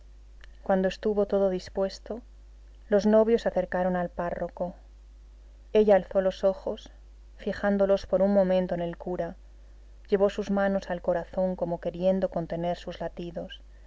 cuando estuvo todo dispuesto los novios se acercaron al párroco ella alzó los ojos fijándolos por un momento en el cura llevó sus manos al corazón como queriendo contener sus latidos